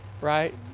right